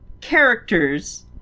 characters